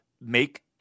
make